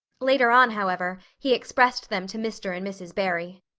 later on, however, he expressed them to mr. and mrs. barry.